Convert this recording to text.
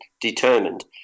determined